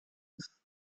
use